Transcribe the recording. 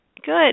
Good